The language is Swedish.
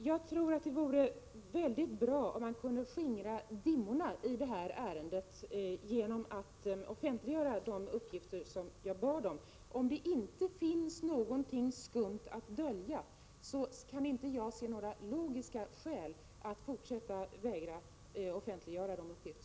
Herr talman! Det vore bra om man kunde skingra dimmorna i detta ärende genom att offentliggöra de uppgifter som jag bett om. Om det inte finns någonting skumt att dölja, kan jag inte finna något logiskt skäl till att man fortsätter att vägra att offentliggöra uppgifter.